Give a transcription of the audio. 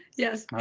yes,